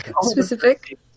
Specific